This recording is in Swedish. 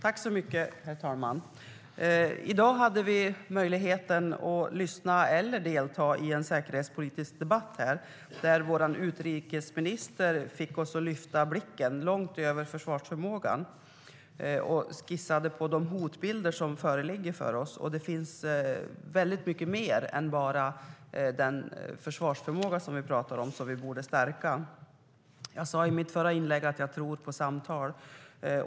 Herr talman! I dag hade vi möjligheten att lyssna på eller delta i en säkerhetspolitisk debatt där vår utrikesminister fick oss att lyfta blicken långt över försvarsförmågan och skissade på de hotbilder som föreligger för oss. Det finns väldigt mycket mer som vi borde stärka än bara den försvarsförmåga vi talar om. Jag sa i mitt förra inlägg att jag tror på samtal.